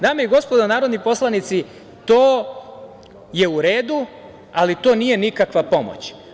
Dame i gospodo narodni poslanici, to je u redu, ali to nije nikakva pomoć.